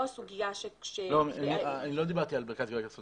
הסוגיה --- אני לא מדבר על מרכז לגביית קנסות,